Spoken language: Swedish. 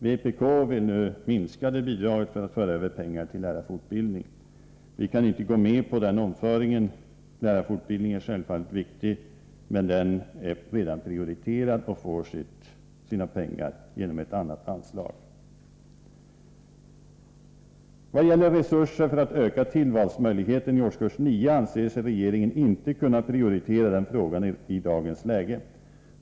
Vpk vill nu minska det bidraget för att föra över pengar till lärarfortbildning. Vi kan inte gå med på den omföringen. Lärarfortbildningen är självfallet viktig, men den är redan prioriterad och får sina pengar genom ett annat anslag. Vad gäller resurser för att öka tillvalsmöjligheterna i årskurs 9 anser sig regeringen inte kunna prioritera den frågan i dagens läge.